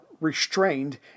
restrained